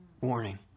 warning